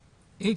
X,